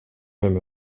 him